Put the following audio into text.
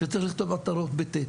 שצריך לכתוב עטרות ב-ט',